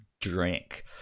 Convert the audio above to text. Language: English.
drink